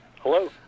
Hello